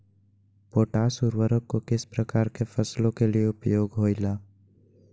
Potash उर्वरक को किस प्रकार के फसलों के लिए उपयोग होईला?